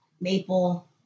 Maple